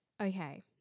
Okay